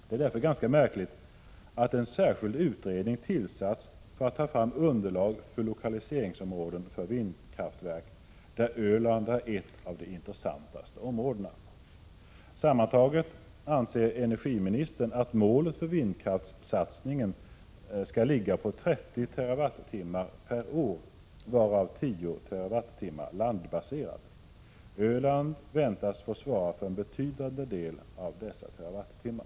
Det är därför ganska märkligt att en särskild utredning tillsatts för att ta fram underlag för lokaliseringsområden för vindkraftverk, där Öland är ett av de intressantaste områdena. Sammantaget anser energiministern att målet för vindkraftssatsningen Prot. 1986/87:36 skall ligga på 30 TWh per år, varav 10 TWh landbaserat. Öland väntas få 26 november 1986 svara för en betydande del av dessa terawattimmar.